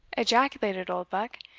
ejaculated oldbuck,